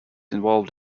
involved